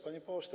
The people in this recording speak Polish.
Panie Pośle!